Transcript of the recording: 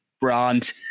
brand